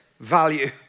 value